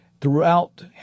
throughout